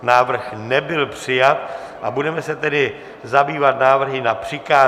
Návrh nebyl přijat, budeme se tedy zabývat návrhy na přikázání.